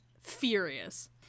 furious